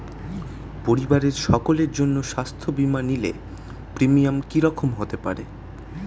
পরিবারের সকলের জন্য স্বাস্থ্য বীমা নিলে প্রিমিয়াম কি রকম করতে পারে?